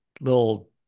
little-